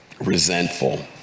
resentful